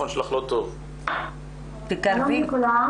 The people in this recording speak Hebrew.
שלום לכולם